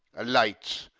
alight,